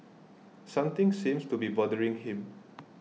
something seems to be bothering him